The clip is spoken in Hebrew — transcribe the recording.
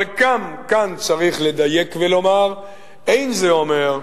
אבל גם כאן צריך לדייק ולומר שזה לא אומר,